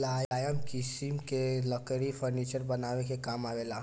मुलायम किसिम के लकड़ी फर्नीचर बनावे के काम आवेला